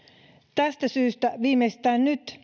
tästä syystä viimeistään nyt